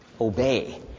obey